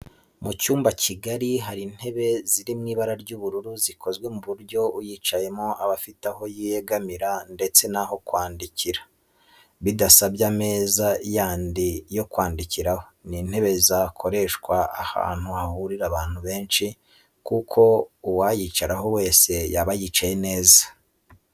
Mu cyumba kigari hari intebe ziri mu ibara ry'ubururu zikozwe ku buryo uyicayeho aba afite aho yegamira ndetse n'aho kwandikira bidasabye ameza yandi yo kwandikiraho. Ni intebe zakoreshwa ahantu hahuriye abantu benshi kuko uwayicaraho wese yaba yicaye neza